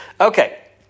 Okay